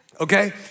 okay